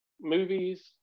movies